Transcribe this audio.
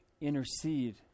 intercede